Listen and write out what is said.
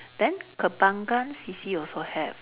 then Kembangan C_C also have